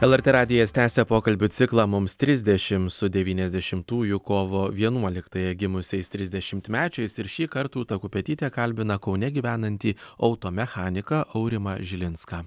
lrt radijas tęsia pokalbių ciklą mums trisdešimt su devyniasdešimtųjų kovo vienuoliktąją gimusiais trisdešimtmečiais ir šįkart rūta kupetytė kalbina kaune gyvenantį auto mechaniką aurimą žilinską